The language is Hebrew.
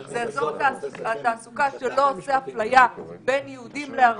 זה אזור התעסוקה שלא עושה אפליה בין יהודים לערבים,